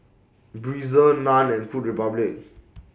Breezer NAN and Food Republic